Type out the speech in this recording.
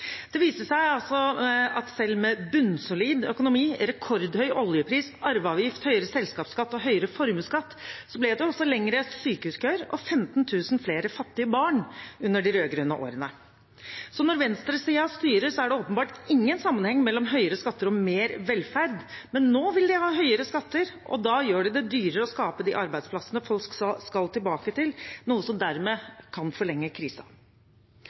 Det viste seg altså at selv med bunnsolid økonomi, rekordhøy oljepris, arveavgift, høyere selskapsskatt og høyere formuesskatt ble det også lengre sykehuskøer og 15 000 flere fattige barn under de rød-grønne årene. Så når venstresiden styrer, er det åpenbart ingen sammenheng mellom høyere skatter og mer velferd. Men nå vil de ha høyere skatter, og da gjør de det dyrere å skape de arbeidsplassene folk skal tilbake til, noe som dermed kan forlenge